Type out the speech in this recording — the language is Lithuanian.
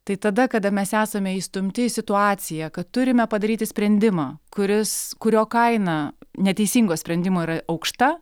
tai tada kada mes esame įstumti į situaciją kad turime padaryti sprendimą kuris kurio kaina neteisingo sprendimo yra aukšta